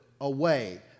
away